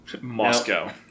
Moscow